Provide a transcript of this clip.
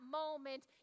moment